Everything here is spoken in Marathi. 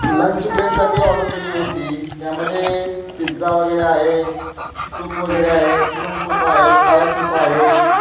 लंच ब्रेकसाठी ऑर्डर दिली होती त्यामध्ये पिझ्झा वगैरे आहे सूप वगैरे आहे चिकन सूप आहे पाया सूप आहे